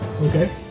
Okay